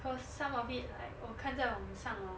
cause some of it like 我看在网上 orh